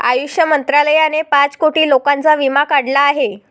आयुष मंत्रालयाने पाच कोटी लोकांचा विमा काढला आहे